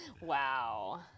Wow